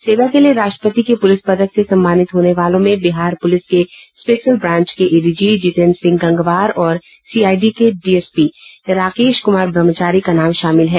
सेवा के लिए राष्ट्रपति के पुलिस पदक से सम्मानित होने वालों में बिहार पुलिस के स्पेशल ब्रांच के एडीजी जितेन्द्र सिंह गंगवार और सीआईडी के डीएसपी राकेश कुमार ब्रह्मचारी का नाम शामिल है